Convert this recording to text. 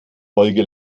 folge